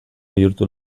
bihurtu